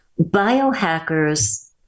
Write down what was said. Biohackers